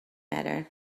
matter